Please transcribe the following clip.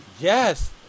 yes